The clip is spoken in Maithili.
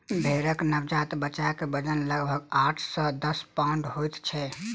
भेंड़क नवजात बच्चाक वजन लगभग आठ सॅ दस पाउण्ड होइत छै